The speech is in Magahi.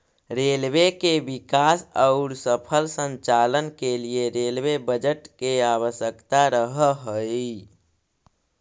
रेलवे के विकास औउर सफल संचालन के लिए रेलवे बजट के आवश्यकता रहऽ हई